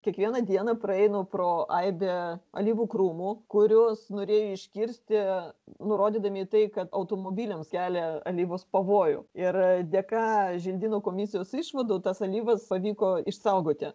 kiekvieną dieną praeinu pro aibę alyvų krūmų kuriuos norėjo iškirsti nurodydami tai kad automobiliams kelia alyvos pavojų ir dėka želdynų komisijos išvadų tas alyvas pavyko išsaugoti